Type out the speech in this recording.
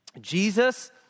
Jesus